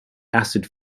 acid